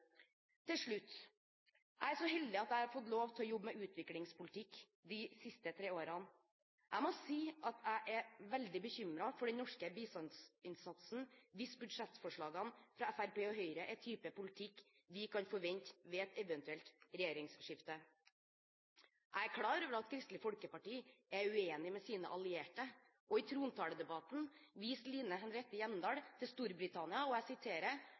Til slutt: Jeg er så heldig at jeg har fått lov å jobbe med utviklingspolitikk de siste tre årene. Jeg er veldig bekymret for den norske bistandsinnsatsen hvis budsjettforslagene fra Fremskrittspartiet og Høyre er den type politikk vi kan forvente ved et eventuelt regjeringsskifte. Jeg er klar over at Kristelig Folkeparti er uenig med sine allierte. I trontaledebatten viste Line Henriette Hjemdal til at Storbritannia